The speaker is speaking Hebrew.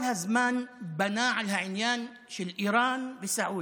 הוא כל הזמן בנה על העניין של איראן וסעודיה,